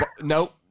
No